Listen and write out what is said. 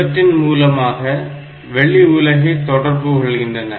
இவற்றின் மூலமாக வெளி உலகை தொடர்பு கொள்கின்றன